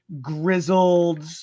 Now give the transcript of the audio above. grizzled